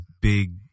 big